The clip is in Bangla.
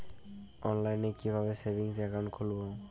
অনলাইনে কিভাবে সেভিংস অ্যাকাউন্ট খুলবো?